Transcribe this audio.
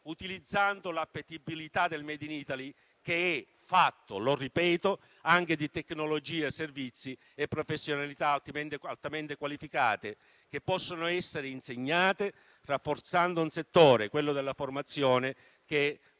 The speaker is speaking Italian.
utilizzando l'appetibilità del *made in Italy,* che è fatto - lo ripeto - anche di tecnologia, servizi e professionalità altamente qualificate, che possono essere insegnate rafforzando un settore, quello della formazione, che, oltre